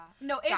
No